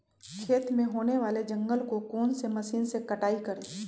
खेत में होने वाले जंगल को कौन से मशीन से कटाई करें?